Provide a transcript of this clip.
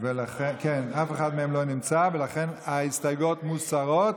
אף אחד מהם לא נמצא, לכן ההסתייגויות מוסרות.